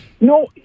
No